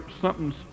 something's